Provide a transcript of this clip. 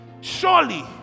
surely